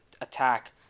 attack